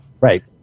right